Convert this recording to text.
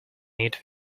eat